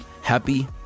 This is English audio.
happy